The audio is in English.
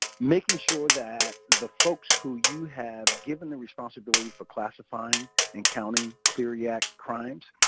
making sure that the folks who you have given the responsibility for classifying and counting clery act crimes